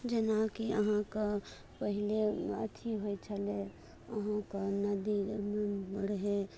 जेनाकि अहाँकऽ पहिले अथी होइत छलै अहाँकऽ नदी लगेमे रहै